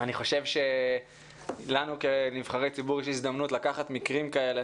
אני חושב שלנו כנבחרי ציבור יש הזדמנות לקחת מקרים כאלה